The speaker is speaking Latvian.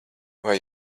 vai